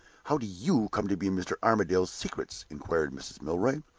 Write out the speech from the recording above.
how do you come to be in mr. armadale's secrets? inquired mrs. milroy.